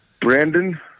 Brandon